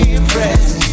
impressed